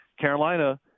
Carolina